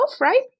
right